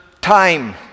time